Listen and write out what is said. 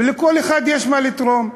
ולכל אחד יש מה לתרום.